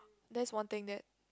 that's one thing that